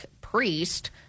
priest